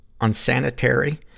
unsanitary